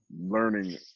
learning